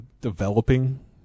developing